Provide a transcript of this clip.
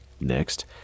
Next